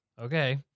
Okay